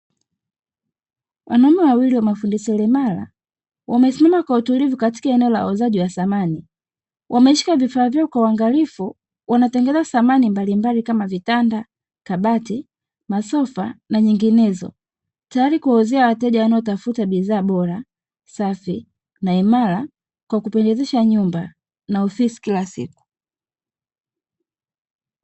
Wanaume wawili wa mafundi seremala wamesimama kwa utulivu katika eneo la wauzaji wa thamani, wameshika vifaa vyao kwa uangalifu wanatengeneza samani mbalimbali kama vitanda kabati masofa na nyinginezo, tayari kuwauzia wateja wanaotafuta bidhaa bora safi na imara kwa kupendezesha nyumba na ofisi kila siku